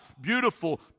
beautiful